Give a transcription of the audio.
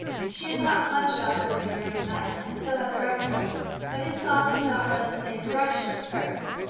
she had thought much about the living during the night. and so had the rector but his thoughts had not run in the same direction as hers.